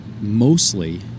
mostly